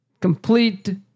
complete